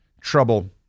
trouble